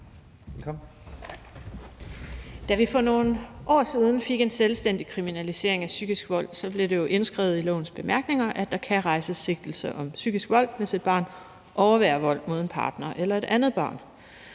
Da vi for nogle år siden fik en selvstændig kriminalisering af psykisk vold, blev det jo indskrevet i lovens bemærkninger, at der kan rejses sigtelse om psykisk vold, hvis et barn overværer vold mod en partner eller et andet barn.